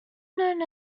known